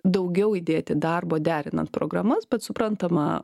daugiau įdėti darbo derinant programas bet suprantama